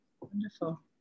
Wonderful